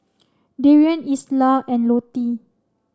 Darien Isla and Lottie